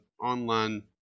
online